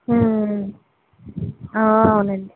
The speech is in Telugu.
అవునండి